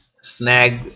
snag